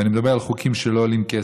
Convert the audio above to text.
ואני מדבר על חוקים שלא עולים כסף.